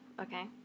okay